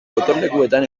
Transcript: gotorlekuetan